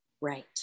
Right